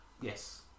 yes